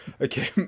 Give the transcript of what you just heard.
Okay